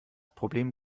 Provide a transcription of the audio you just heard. problem